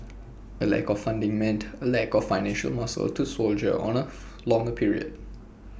A lack of funding meant A lack of financial muscle to soldier on A longer period